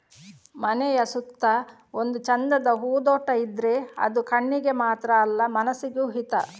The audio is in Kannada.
ಮನೆಯ ಸುತ್ತ ಒಂದು ಚಂದದ ಹೂದೋಟ ಇದ್ರೆ ಅದು ಕಣ್ಣಿಗೆ ಮಾತ್ರ ಅಲ್ಲ ಮನಸಿಗೂ ಹಿತ